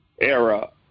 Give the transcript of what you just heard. era